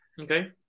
Okay